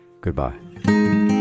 goodbye